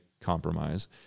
compromise